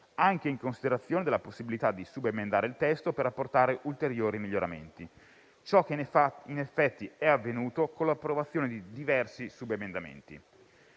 anche in considerazione della possibilità di subemendare il testo per apportare ulteriori miglioramenti, ciò che in effetti è avvenuto con l'approvazione di diversi subemendamenti.